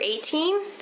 18